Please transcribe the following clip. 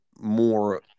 more